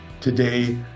today